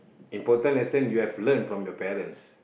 important lesson you have learnt from your parents